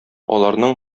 аларның